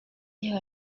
ils